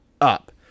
up